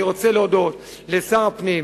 אני רוצה להודות לשר הפנים,